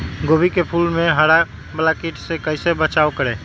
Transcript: गोभी के फूल मे हरा वाला कीट से कैसे बचाब करें?